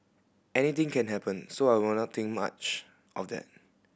anything can happen so I will not think much of that